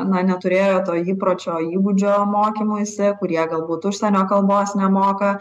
na neturėjo to įpročio įgūdžio mokymuisi kurie galbūt užsienio kalbos nemoka